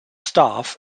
staff